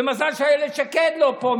ומזל שאילת שקד לא פה,